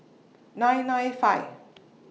nine nine five